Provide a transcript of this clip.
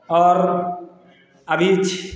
और अभी